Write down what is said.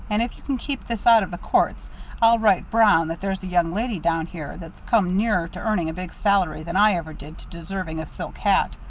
and if you can keep this out of the courts i'll write brown that there's a young lady down here that's come nearer to earning a big salary than i ever did to deserving a silk hat.